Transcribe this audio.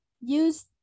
use